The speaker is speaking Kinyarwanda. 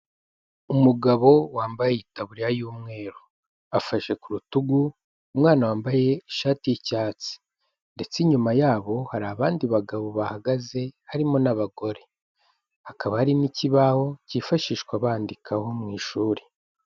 Umugabo wambaye itaburiya y'umweru, afashe ku rutugu umwana wambaye ishati y'icyatsi ndetse inyuma yabo hari abandi bagabo bahagaze harimo n'abagore, hakaba hari n'ikibaho cyifashishwa bandikaho mu ishuri.